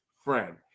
friend